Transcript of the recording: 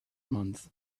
month